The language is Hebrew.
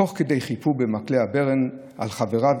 תוך כדי חיפוי במקלע ברן על חבריו,